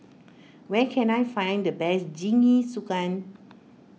where can I find the best Jingisukan